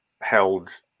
held